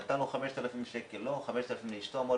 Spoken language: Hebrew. נתן לו קנס 5,000 שקלים וגם לאשתו קנס על